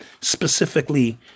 specifically